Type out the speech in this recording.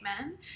men